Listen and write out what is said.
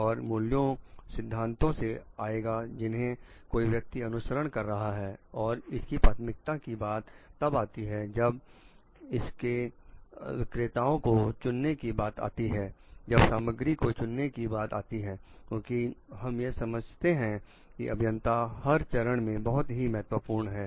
और मूल्यों सिद्धांतों से आएगा जिन्हें कोई व्यक्ति अनुसरण कर रहा है और इसकी प्राथमिकता की बात तब आती है जब इसके विक्रेताओं को चुनने की बात आती है जब सामग्री को चुनने की बात आती है क्योंकि हम यह समझते हैं कि अभियंता हर चरण में बहुत ही महत्वपूर्ण है